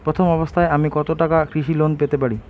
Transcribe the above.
প্রথম অবস্থায় আমি কত টাকা কৃষি লোন পেতে পারি?